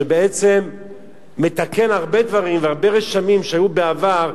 שבעצם מתקן הרבה דברים והרבה רשמים שהיו בעבר.